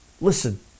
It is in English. Listen